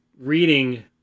reading